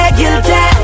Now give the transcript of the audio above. guilty